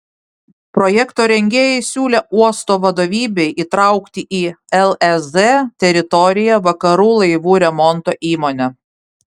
projekto rengėjai siūlė uosto vadovybei įtraukti į lez teritoriją vakarų laivų remonto įmonę